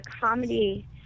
comedy